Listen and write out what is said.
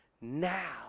now